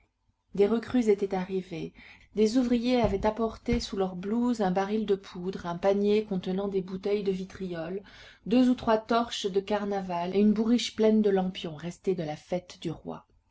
des recrues étaient arrivées des ouvriers avaient apporté sous leurs blouses un baril de poudre un panier contenant des bouteilles de vitriol deux ou trois torches de carnaval et une bourriche pleine de lampions restés de la fête du roi